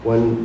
One